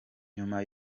nyuma